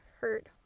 hurt